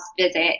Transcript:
visit